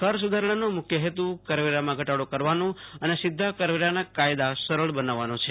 કર સુધારણાનો મુખ્ય હેતુ કરવેરામાં ઘટાડો કરવાનો અને સીધા કરવેરાના કાયદા સરળ બનાવવાનો છે